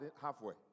halfway